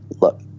look